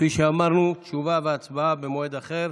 כפי שאמרנו, תשובה והצבעה במועד אחר.